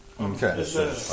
okay